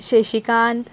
Shashikant